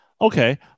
Okay